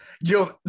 yo